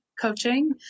coaching